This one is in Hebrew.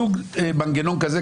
סוג של מנגנון כזה,